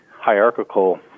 hierarchical